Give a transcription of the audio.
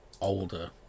older